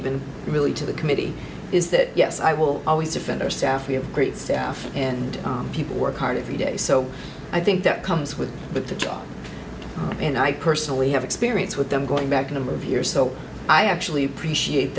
even really to the committee is that yes i will always defend our staff we have great staff and people work hard every day so i think that comes with the job and i personally have experience with them going back a number of years so i actually appreciate